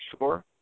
sure